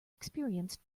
experienced